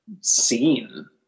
scene